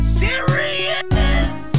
serious